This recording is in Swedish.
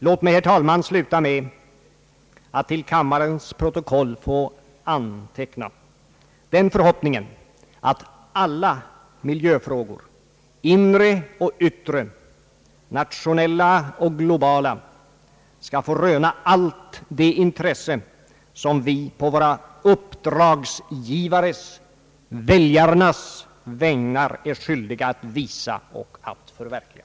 Låt mig, herr talman, sluta med att till kammarens protokoll anteckna den förhoppningen att alla miljöfrågor — inre och yttre, nationella och globala — skall få röna allt det intresse som vi på våra uppdragsgivares, väljarnas, vägnar är skyldiga att visa och att förverkliga.